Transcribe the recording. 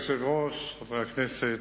אדוני היושב-ראש, חברי הכנסת,